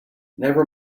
never